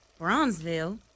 Bronzeville